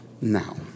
now